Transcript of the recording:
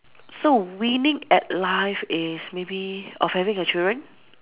so winning at life is maybe of having a children